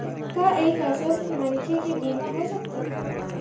का एक अस्वस्थ मनखे के बीमा हो सकथे?